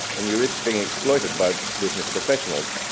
and you risk being exploited by business professionals.